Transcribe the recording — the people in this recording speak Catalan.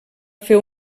fer